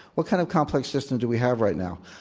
what kind of complex system do we have right now?